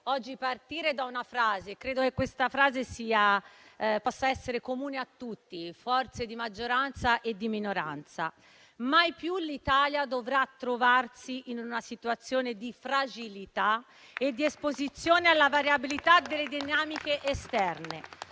partire da una frase, che penso possa essere comune a tutti, forze di minoranza e maggioranza. Mai più l'Italia dovrà trovarsi in una situazione di fragilità e di esposizione alla variabilità delle dinamiche esterne,